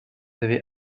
avez